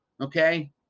okay